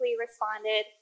responded